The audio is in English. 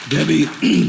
Debbie